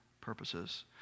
purposes